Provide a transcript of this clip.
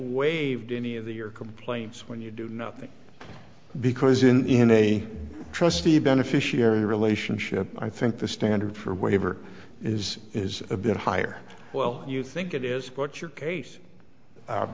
waived any of your complaints when you do nothing because in the in a trustee beneficiary relationship i think the standard for waiver is is a bit higher well you think it is but your case